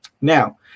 Now